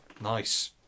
Nice